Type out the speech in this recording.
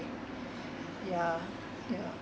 yeah yeah